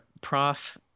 prof